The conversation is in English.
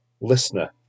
Listener